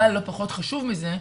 אבל לא פחות חשוב מזה,